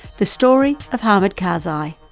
the story of hamid karzai.